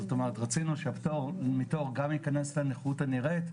זאת אומרת רצינו שהפטור מתור ייכנס גם לנכות הנראית,